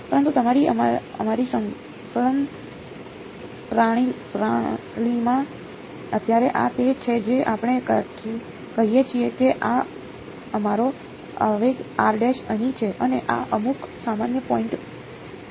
પરંતુ તમારી અમારી સંકલન પ્રણાલીમાં અત્યારે આ તે છે જે આપણે કહીએ છીએ કે આ અમારો આવેગ અહીં છે અને આ અમુક સામાન્ય પોઈન્ટ આર છે